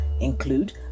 include